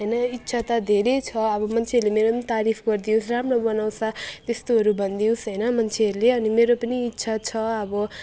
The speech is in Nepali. होइन इच्छा त धेरै छ अब मान्छेहरूले मेरो पनि तारिफ गरिदियोस् राम्रो बनाउँछ त्यस्तोहरू भनिदियोस् होइन मान्छेहरूले अनि मेरो पनि इच्छा छ अब होइन